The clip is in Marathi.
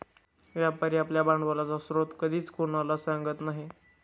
व्यापारी आपल्या भांडवलाचा स्रोत कधीच कोणालाही सांगत नाही